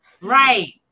right